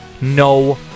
No